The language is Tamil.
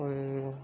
ஒரு